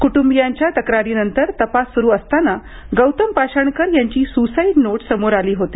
कुटुंबीयांच्या तक्रारीनंतर तपास सुरू असताना गौतम पाषाणकर यांची सुसाईड नोट समोर आली होती